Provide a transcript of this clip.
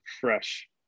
fresh